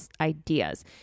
ideas